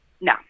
No